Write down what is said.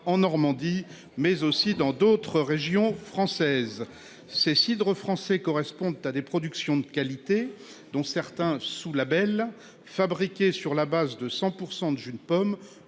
en Normandie mais aussi dans d'autres régions françaises ses cidre français correspondent à des productions de qualité dont certains sous Label fabriqué sur la base de 100 pour de jus de pomme